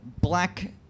black